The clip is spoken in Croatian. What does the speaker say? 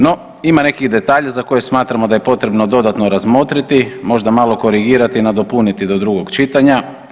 No ima nekih detalja za koje smatramo da je potrebno dodatno razmotriti, možda malo korigirati i nadopuniti do drugog čitanja.